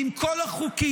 ועם כל החוקים,